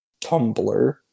Tumblr